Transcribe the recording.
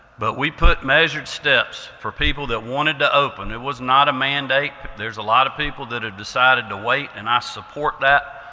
but we put measured steps for people that wanted to open. it was not a mandate. there's a lot of people that have decided to wait, and i support that.